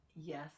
yes